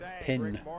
pin